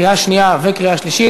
קריאה שנייה וקריאה שלישית.